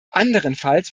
anderenfalls